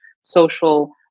social